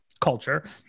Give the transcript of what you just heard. culture